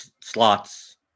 slots